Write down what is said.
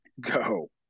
go